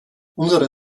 unsere